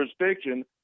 jurisdiction